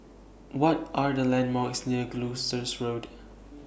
What Are The landmarks near Gloucester Road